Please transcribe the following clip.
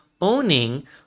owning